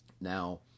now